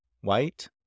white